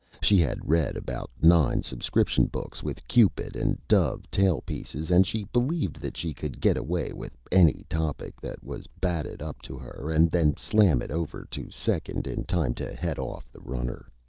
she had read about nine subscription books with cupid and dove tail-pieces and she believed that she could get away with any topic that was batted up to her and then slam it over to second in time to head off the runner.